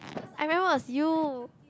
I remember was you